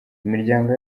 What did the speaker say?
imiryango